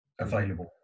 available